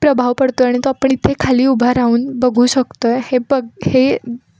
प्रभाव पडतो आणि तो आपण इथे खाली उभा राहून बघू शकतो आहे हे बघ हे